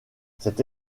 cette